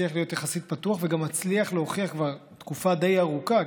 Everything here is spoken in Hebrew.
מצליח להיות יחסית פתוח וגם מצליח להוכיח כבר תקופה די ארוכה,